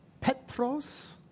Petros